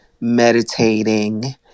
meditating